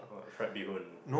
what fried beehoon